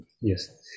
Yes